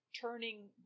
turning